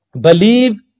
believe